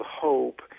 hope